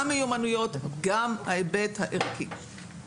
גם במיומנויות וגם בהיבט הערכי.